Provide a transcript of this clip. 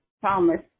promise